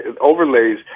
overlays